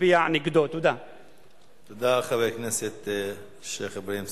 התוצאה היא הרס מוחלט של שארית זכויות האדם של אנשים חפים